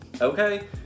Okay